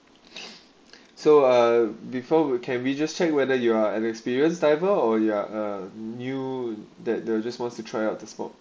so uh before we can we just check whether you are an experienced diver or ya uh knew that the adjustments to try out to smoke